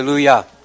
Hallelujah